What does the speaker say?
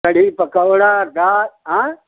कढ़ी पकौड़ा दा हैं